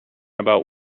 about